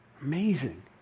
Amazing